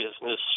business